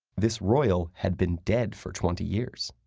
this royal had been dead for twenty years.